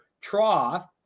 trough